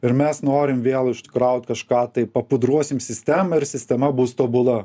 ir mes norim vėl užkraut kažką tai papudruosim sistemą ir sistema bus tobula